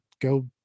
go